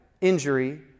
Injury